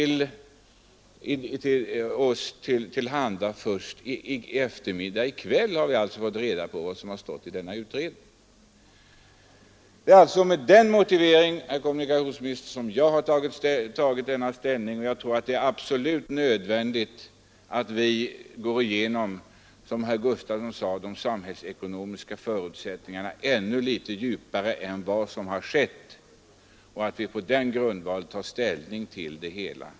Först i kväll har vi fått reda på vad som har stått i denna utredning. Det är alltså med den motiveringen, herr kommunikationsminister, som jag har tagit denna ställning. Jag tror att det är absolut nödvändigt, som herr Gustafson i Göteborg sade, att gå igenom de samhällsekonomiska förutsättningarna litet djupare än vad som skett och på den grundvalen ta ställning till det hela.